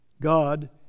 God